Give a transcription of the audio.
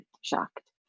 shocked